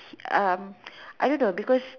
um I don't know because